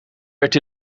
werd